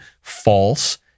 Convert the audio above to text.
false